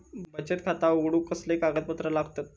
बचत खाता उघडूक कसले कागदपत्र लागतत?